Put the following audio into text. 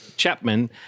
Chapman